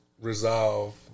resolve